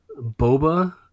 Boba